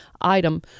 item